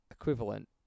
equivalent